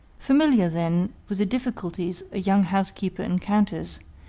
familiar, then, with the difficulties a young housekeeper encounters,